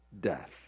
death